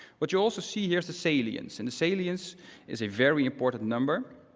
what you also see, here is the salience. and the salience is a very important number.